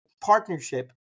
partnership